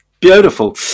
Beautiful